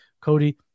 Cody